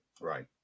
right